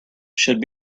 should